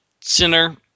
center